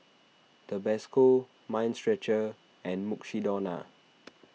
Tabasco Mind Stretcher and Mukshidonna